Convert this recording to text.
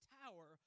tower